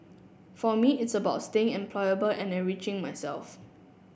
for me it's about staying employable and enriching myself